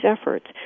efforts